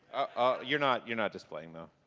ah you're not, you're not displaying, though.